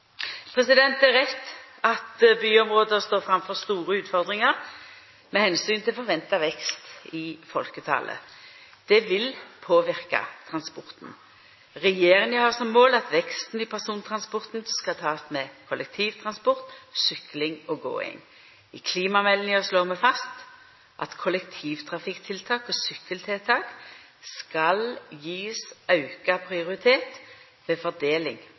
Det er rett at byområda står framfor store utfordringar med omsyn til forventa vekst i folketalet. Det vil påverka transporten. Regjeringa har som mål at veksten i persontransporten skal takast med kollektivtransport, sykling og gåing. I klimameldinga slår vi fast at kollektivtrafikktiltak og sykkeltiltak skal gjevast auka prioritet ved fordeling